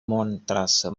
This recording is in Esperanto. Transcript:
montras